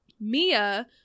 Mia